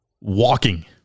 walking